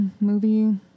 movie